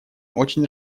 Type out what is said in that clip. очень